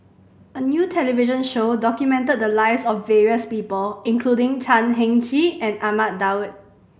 a new television show documented the lives of various people including Chan Heng Chee and Ahmad Daud